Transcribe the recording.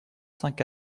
cinq